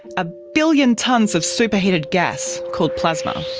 a billion tonnes of superheated gas called plasma.